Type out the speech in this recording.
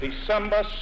December